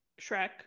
shrek